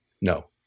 No